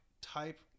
type